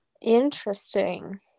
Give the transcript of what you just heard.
Interesting